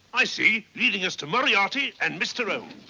i see. leading us to moriarity and mr. um